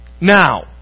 Now